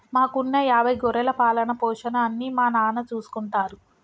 మాకున్న యాభై గొర్రెల పాలన, పోషణ అన్నీ మా నాన్న చూసుకుంటారు